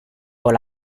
con